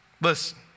Listen